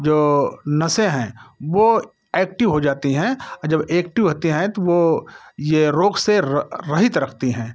जो नसें हैं वो एक्टिव हो जाती हैं और जब एक्टिव होती हैं तो वो ये रोग से रहित रखती है